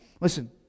Listen